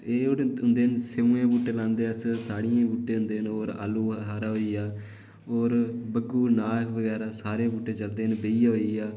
साढ़ै मक्के दे टैम स्यौ दे बूह्टे लांदे अस साढ़ियें दे बूह्टे होंदे न और आलु बखारा होई गेआ और बगु नार बगैरा सारे बूह्टे चलदे न पेपहया होई गेआ